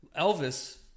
Elvis